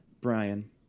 Brian